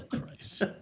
Christ